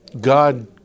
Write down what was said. God